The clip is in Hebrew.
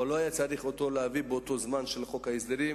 אבל לא היה צריך להביא אותו בזמן של חוק ההסדרים.